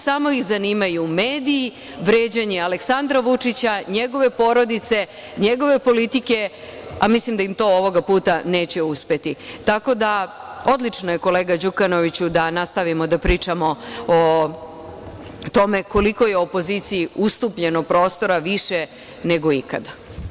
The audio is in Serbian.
Samo ih zanimaju mediji, vređanje Aleksandra Vučića, njegove porodice, njegove politike, a mislim da im to ovoga puta neće uspeti, tako da je odlično, kolega Đukanoviću, da nastavimo da pričamo o tome koliko je opoziciji ustupljeno prostora više nego ikada.